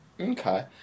Okay